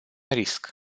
risc